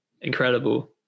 incredible